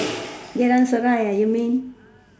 Geylang-Serai you mean